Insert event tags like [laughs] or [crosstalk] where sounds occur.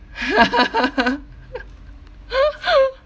[laughs]